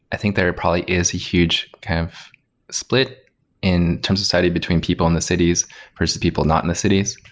i think there probably is a huge kind of split in terms of society between people in the cities versus people not in the cities.